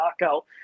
knockout